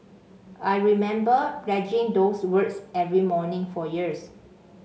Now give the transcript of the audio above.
I remember pledging those words every morning for years